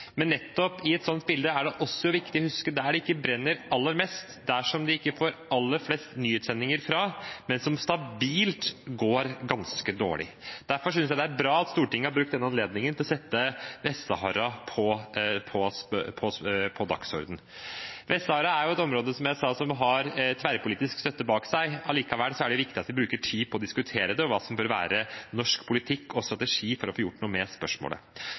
Men i et sånt bilde er det viktig å huske de stedene der det ikke brenner aller mest, de som vi ikke får aller fleste nyhetssendinger fra, men der det stabilt går ganske dårlig. Derfor synes jeg det er bra at Stortinget har brukt denne anledningen til å sette Vest-Sahara på dagsordenen. Vest-Sahara er, som jeg sa, et område som har tverrpolitisk støtte bak seg. Likevel er det viktig at vi bruker tid på å diskutere hva som bør være norsk politikk og strategi for å få gjort noe med spørsmålet.